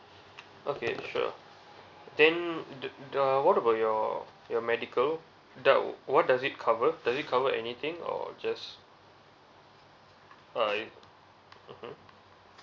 okay sure then the the what about your your medical that what does it cover does it cover anything or just uh it mmhmm